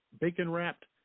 bacon-wrapped